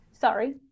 sorry